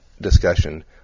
discussion